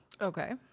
Okay